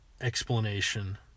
explanation